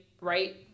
right